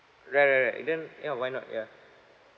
right right right then yeah why not yeah